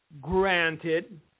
granted